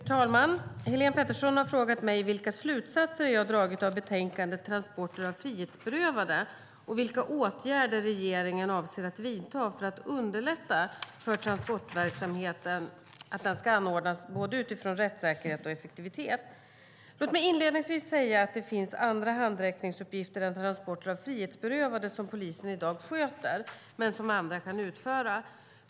Fru talman! Helene Petersson har frågat mig vilka slutsatser jag dragit av betänkandet Transporter av frihetsberövade och vilka åtgärder regeringen avser att vidta för att underlätta för att transportverksamheten ska anordnas utifrån både rättssäkerhet och effektivitet. Låt mig inledningsvis säga att det finns andra handräckningsuppgifter än transporter av frihetsberövade som polisen i dag sköter men som andra kan utföra.